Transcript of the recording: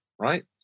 right